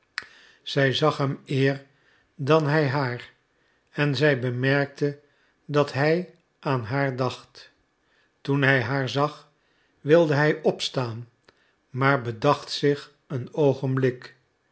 zij zag hem eer dan hij haar en zij bemerkte dat hij aan haar dacht toen hij haar zag wilde hij opstaan maar bedacht zich een oogenblik